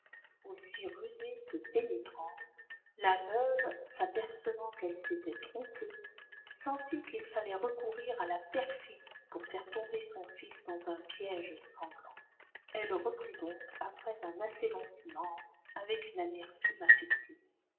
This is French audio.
aussi rusée que pénétrante la veuve s'apercevant qu'elle s'était trompée sentit qu'il fallait recourir à la perfidie pour faire tomber son fils dans un piège sanglant elle reprit donc après un assez long silence avec une amertume affectée